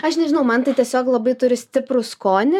aš nežinau man tai tiesiog labai turi stiprų skonį